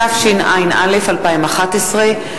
התשע”א 2011,